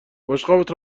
بشقابت